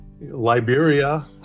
Liberia